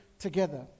Together